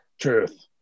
Truth